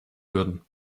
würden